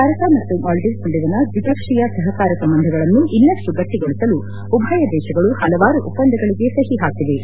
ಭಾರತ ಮತ್ತು ಮಾಲ್ಲೀವ್ಪ ನಡುವಿನ ದ್ವಿಪಕ್ಷೀಯ ಸಹಕಾರ ಸಂಬಂಧಗಳನ್ನು ಇನ್ನಷ್ಟು ಗಟ್ಟಿಗೊಳಿಸಲು ಉಭಯ ದೇಶಗಳು ಹಲವಾರು ಒಪ್ಪಂದಗಳಿಗೆ ಸಹಿ ಹಾಕಿವೆ